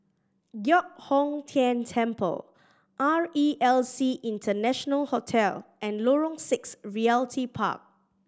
Giok Hong Tian Temple R E L C International Hotel and Lorong Six Realty Park